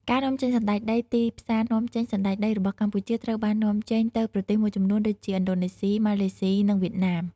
ការនាំចេញសណ្ដែកដី ទីផ្សារនាំចេញ សណ្ដែកដីរបស់កម្ពុជាត្រូវបាននាំចេញទៅប្រទេសមួយចំនួន ដូចជាឥណ្ឌូណេស៊ី ម៉ាឡេស៊ី និងវៀតណាម។